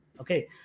Okay